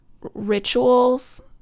rituals